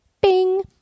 Bing